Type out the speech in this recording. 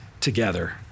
together